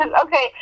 Okay